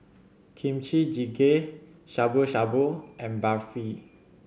Kimchi Jjigae Shabu Shabu and Barfi